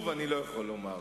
עצוב אני לא יכול לומר,